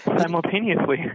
Simultaneously